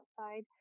outside